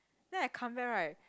then I come back right